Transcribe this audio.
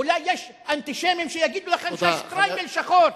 אולי יש אנטישמים שיגידו לכם שהשטריימל שחור,